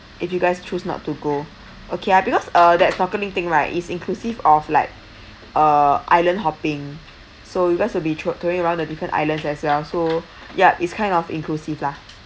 if you guys choose not to go okay ah because uh that snorkeling thing right is inclusive of like uh island hopping so you guys will be tour touring around uh different islands as well so ya it's kind of inclusive lah